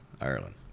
Ireland